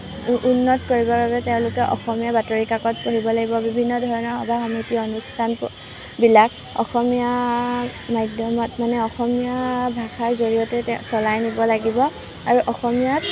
উন্নত কৰিবৰ বাবে তেওঁলোকে অসমীয়া বাতৰি কাকত পঢ়িব লাগিব বিভিন্ন ধৰণৰ সভা সমিতি অনুষ্ঠান বিলাক অসমীয়া মাধ্যমত মানে অসমীয়া ভাষাৰ জৰিয়তে তে চলাই নিব লাগিব আৰু অসমীয়াত